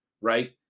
right